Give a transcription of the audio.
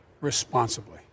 responsibly